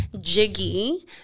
Jiggy